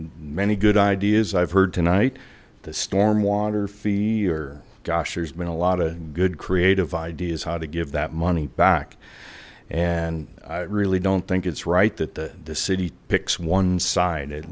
many good ideas i've heard tonight the stormwater fee or gosh there's been a lot of good creative ideas how to give that money back and i really don't think it's right that the the city picks one side